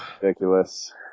ridiculous